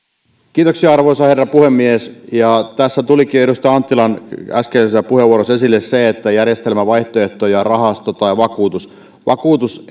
arvoisa herra puhemies tässä tulikin jo edustaja anttilan äskeisessä puheenvuorossa esille se että järjestelmän vaihtoehtoja ovat rahasto tai vakuutus vakuutus